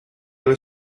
were